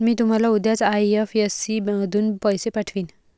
मी तुम्हाला उद्याच आई.एफ.एस.सी मधून पैसे पाठवीन